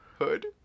hood